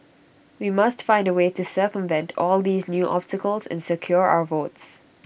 we must find A way to circumvent all these new obstacles and secure our votes